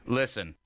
listen